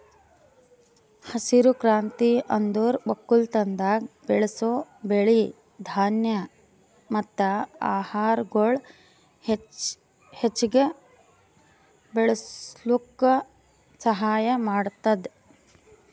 ಹಸಿರು ಕ್ರಾಂತಿ ಅಂದುರ್ ಒಕ್ಕಲತನದಾಗ್ ಬೆಳಸ್ ಬೆಳಿ, ಧಾನ್ಯ ಮತ್ತ ಆಹಾರಗೊಳ್ ಹೆಚ್ಚಿಗ್ ಬೆಳುಸ್ಲುಕ್ ಸಹಾಯ ಮಾಡ್ತುದ್